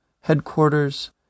headquarters